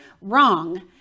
wrong